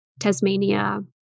Tasmania